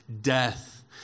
death